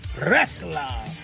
Wrestler